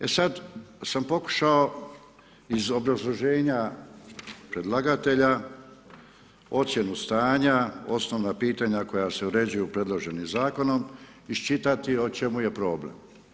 E sad sam pokušao iz obrazloženja predlagatelja ocjenu stanja, osnovna pitanja koja se uređuju predloženim zakonom iščitati o čemu je problem.